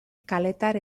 kaletar